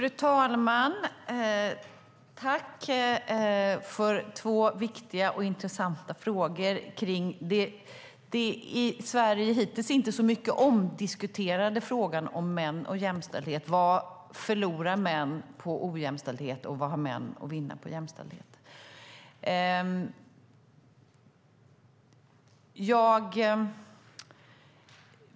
Fru talman! Jag tackar för två viktiga och intressanta frågor kring den i Sverige hittills inte så omdiskuterade frågan om män och jämställdhet - vad förlorar män på ojämställdhet, och vad har män att vinna på jämställdhet?